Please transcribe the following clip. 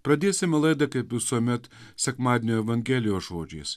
pradėsime laidą kaip visuomet sekmadienio evangelijos žodžiais